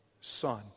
Son